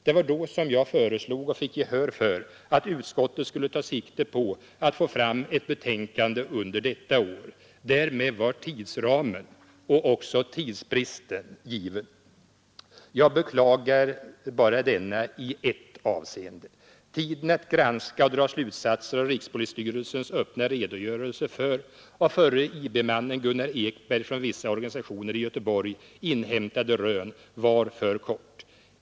Det var då som jag föreslog och fick gehör för att utskottet skulle ta sikte på att få fram ett betänkande under detta år. Därmed var tidsramen — och tidsbristen — given. Jag beklagar denna tidsbrist bara i ett avseende. Tiden att granska och dra slutsatser av rikspolisstyrelsens öppna redogörelse för av förre IB-mannen Gunnar Ekberg från vissa organisationer i Göteborg inhämtade rön var för kort.